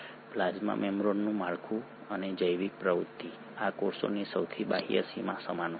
plasma મેમ્બ્રેનનું માળખું અને જૈવિક પ્રવૃત્તિ આ કોષોની સૌથી બાહ્ય સીમા સમાન હોય છે